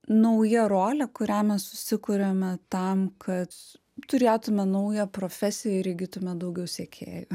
nauja rolė kurią mes susikuriame tam kad turėtume naują profesiją ir įgytume daugiau sekėjų